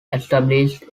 established